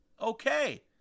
Okay